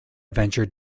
adventure